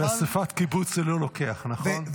באספת קיבוץ זה לא לוקח, נכון?